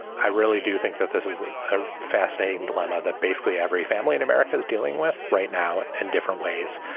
i really do think that this is a ah fascinating dilemma that basically every family in america is dealing with right now in and different ways.